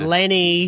Lenny